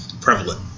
Prevalent